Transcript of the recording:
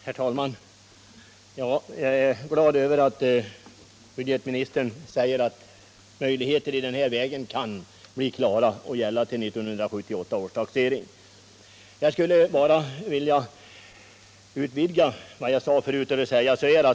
Herr talman! Jag är glad över att budgetministern säger att möjligheter i den här vägen kommer att finnas vid 1978 års taxering.